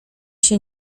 się